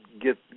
get